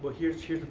here's the